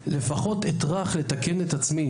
לפחות אטרח לתקן את עצמי,